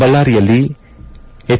ಬಳ್ಳಾರಿಯಲ್ಲಿ ಹೆಚ್